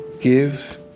give